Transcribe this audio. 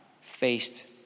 faced